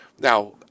now